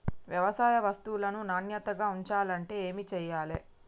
వ్యవసాయ వస్తువులను నాణ్యతగా ఉంచాలంటే ఏమి చెయ్యాలే?